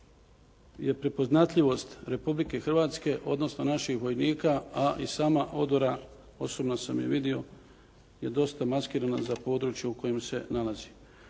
je prepoznatljivost Republike Hrvatske, odnosno naših vojnika, a i sama odora, osobno sam je vidio je dosta maskirana za područje u kojem se nalazi.